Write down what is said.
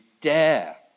dare